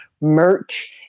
merch